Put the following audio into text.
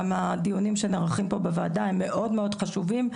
גם הדיונים שנערכים פה בוועדה הם מאוד מאוד חשובים,